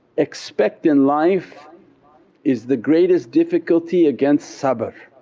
expect in life is the greatest difficulty against sabr